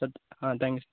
sir ஆ thank you